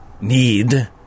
need